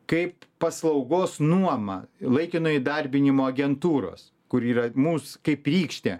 kaip paslaugos nuoma laikino įdarbinimo agentūros kur yra mūs kaip rykštė